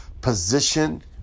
Position